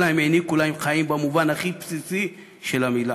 אלא הם העניקו להם חיים במובן הכי בסיסי של המילה.